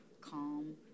calm